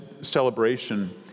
celebration